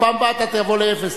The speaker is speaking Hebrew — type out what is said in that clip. בפעם הבאה אתה תבוא לאפס,